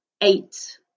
eight